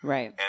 Right